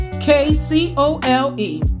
K-C-O-L-E